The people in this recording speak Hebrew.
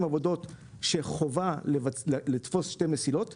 עבודות שחובה לתפוס שתי מסילות עבורן,